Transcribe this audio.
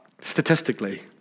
Statistically